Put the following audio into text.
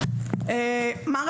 זו לא רק המחלה, זו לא רק התרופה,